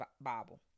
Bible